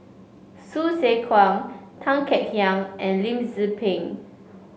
Hsu Tse Kwang Tan Kek Hiang and Lim Tze Peng